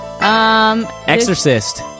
Exorcist